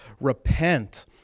Repent